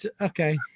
okay